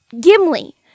Gimli